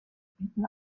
bieten